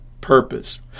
purpose